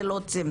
זה לא צמצום,